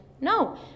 No